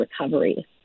recovery